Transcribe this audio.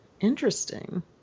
Interesting